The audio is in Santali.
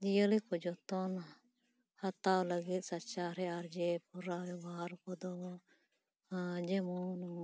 ᱡᱤᱭᱟᱹᱞᱤ ᱠᱚ ᱡᱚᱛᱚᱱ ᱦᱟᱛᱟᱣ ᱞᱟᱹᱜᱤᱫ ᱥᱟᱪᱟᱨᱦᱮ ᱟᱨᱡᱤ ᱯᱩᱨᱟ ᱵᱮᱵᱚᱦᱟᱨ ᱠᱚᱫᱚ ᱡᱮᱢᱚᱚᱱ